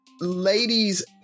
ladies